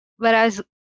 Whereas